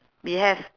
we have